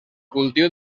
cultiu